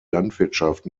landwirtschaft